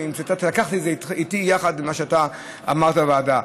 לקחתי איתי יחד מה שאמרת לוועדה.